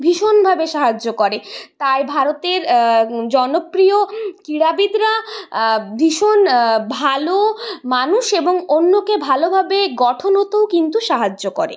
ভীষণভাবে সাহায্য করে তাই ভারতের জনপ্রিয় ক্রীড়াবিদরা ভীষণ ভালো মানুষ এবং অন্যকে ভালোভাবে গঠন হতেও কিন্তু সাহায্য করে